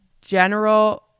general